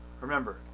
Remember